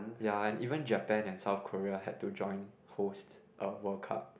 ya and even Japan and South Korea had to join host a World Cup